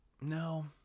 No